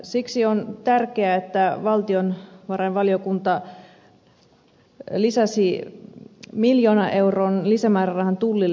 siksi on tärkeää että valtiovarainvaliokunta lisäsi miljoonan euron lisämäärärahan tullille